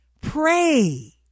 Pray